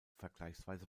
vergleichsweise